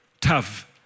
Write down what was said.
tough